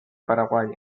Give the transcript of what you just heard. paraguay